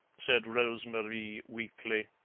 said rose-marie weakly.